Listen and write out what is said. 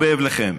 או באבלכם.